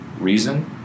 reason